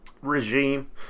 regime